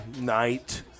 night